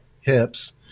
hips